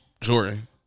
Jordan